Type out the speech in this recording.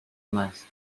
más